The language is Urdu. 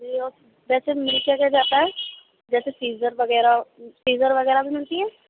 جی آ ویسے ریٹ کیا کیا آتا ہے جیسے سیزر وغیرہ سیزر وغیرہ بھی ملتی ہیں